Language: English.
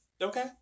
Okay